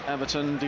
Everton